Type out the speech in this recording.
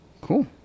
cool